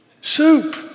soup